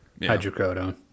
hydrocodone